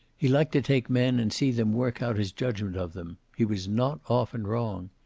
he liked to take men and see them work out his judgment of them. he was not often wrong.